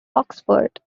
oxford